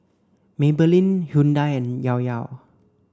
Maybelline Hyundai and Llao Llao